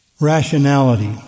rationality